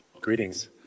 Greetings